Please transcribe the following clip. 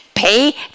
Pay